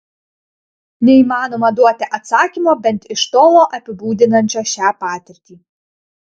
neįmanoma duoti atsakymo bent iš tolo apibūdinančio šią patirtį